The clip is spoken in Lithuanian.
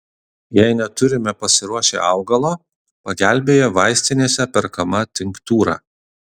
jei neturime pasiruošę augalo pagelbėja vaistinėse perkama tinktūra